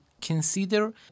consider